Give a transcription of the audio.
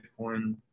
Bitcoin